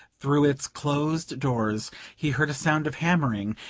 through its closed doors he heard a sound of hammering,